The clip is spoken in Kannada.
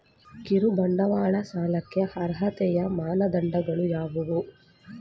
ಕಿರುಬಂಡವಾಳ ಸಾಲಕ್ಕೆ ಅರ್ಹತೆಯ ಮಾನದಂಡಗಳು ಯಾವುವು?